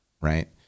Right